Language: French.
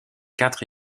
quatre